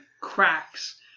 cracks